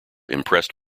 impressed